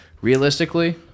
realistically